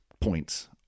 points